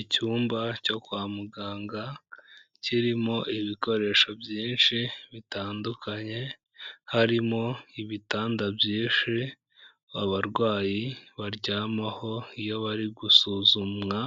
Icyumba cyo kwa muganga, kirimo ibikoresho byinshi bitandukanye, harimo ibitanda byinshi abarwayi baryamaho, iyo bari gusuzumwa